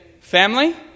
family